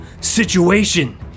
situation